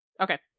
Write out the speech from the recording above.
Okay